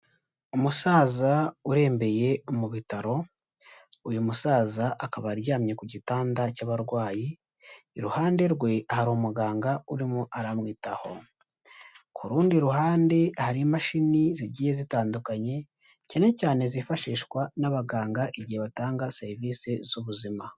Umusaza urembeye mu bitaro, uyu musaza akaba aryamye ku gitanda cy'abarwayi, iruhande rwe hari umuganga urimo aramwitaho, ku rundi ruhande hari imashini zigiye zitandukanye, cyane cyane zifashishwa n'abaganga igihe batanga serivisi z'ubuzima.